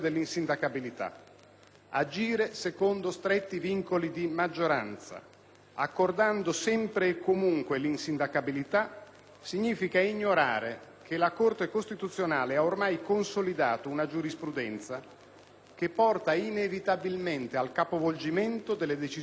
Agire secondo stretti vincoli di maggioranza, riconoscendo sempre e comunque l'insindacabilità, significa ignorare che la Corte costituzionale ha ormai consolidato una giurisprudenza che porta inevitabilmente al capovolgimento delle decisioni parlamentari